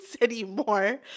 anymore